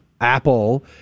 Apple